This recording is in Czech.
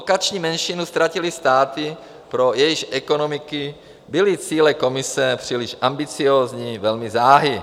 Lokační menšinu ztratily státy, pro jejichž ekonomiky byly cíle Komise příliš ambiciózní, velmi záhy.